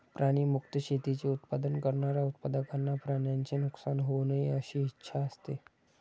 प्राणी मुक्त शेतीचे उत्पादन करणाऱ्या उत्पादकांना प्राण्यांचे नुकसान होऊ नये अशी इच्छा असते